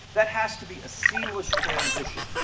that has to be a seamless transition.